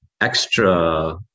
extra